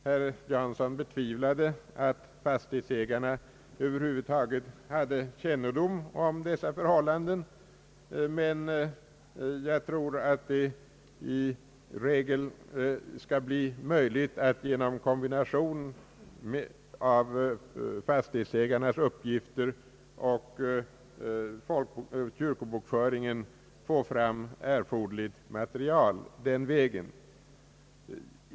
Herr Jansson betvivlade att fastighetsägarna över huvud taget hade kännedom om dessa förhållanden, men jag tror att det i regel skall bli möjligt att genom en kombination av fastighetsägarnas uppgifter och folkoch kyrkobokföringens få fram erforderligt material.